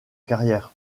carrière